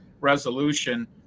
resolution